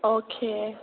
okay